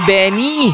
Benny